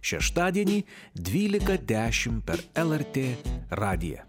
šeštadienį dvylika dešim per lrt radiją